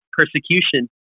persecution